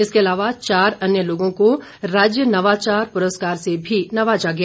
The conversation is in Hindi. इसके अलावा चार अन्य लोगों को राज्य नवाचार पुरस्कार से भी नवाज़ा गया